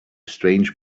strange